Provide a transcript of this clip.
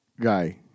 guy